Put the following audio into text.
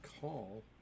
call